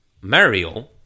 Mario